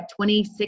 26